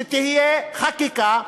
שתהיה חקיקה,